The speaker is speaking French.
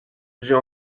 j’ai